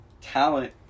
talent